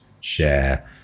share